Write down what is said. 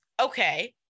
Okay